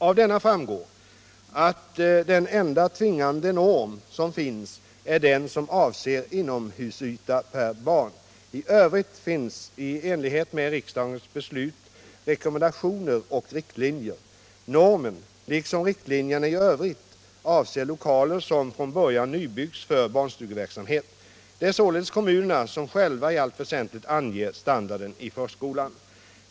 Av denna framgår att den enda tvingande norm som finns är den som avser inomhusyta per barn. I övrigt finns i enlighet med riksdagens beslut rekommendationer och riktlinjer. Normen, liksom riktlinjerna i övrigt, avser lokaler som från början nybyggs för barnstugeverksamhet. Det är således kommunerna som själva i allt väsentligt anger standarden i förskolan.